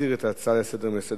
להסיר את ההצעה לסדר מסדר-היום.